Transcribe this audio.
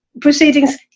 proceedings